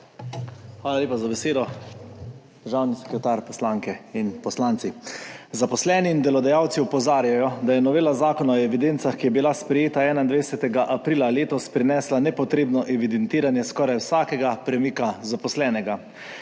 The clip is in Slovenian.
Hvala lepa za besedo. Državni sekretar, poslanke in poslanci! Zaposleni in delodajalci opozarjajo, da je novela Zakona o evidencah, ki je bila sprejeta 21. aprila letos, prinesla nepotrebno evidentiranje skoraj vsakega premika zaposlenega.